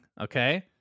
Okay